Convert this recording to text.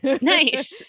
Nice